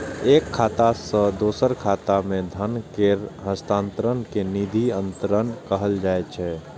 एक खाता सं दोसर खाता मे धन केर हस्तांतरण कें निधि अंतरण कहल जाइ छै